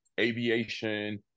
aviation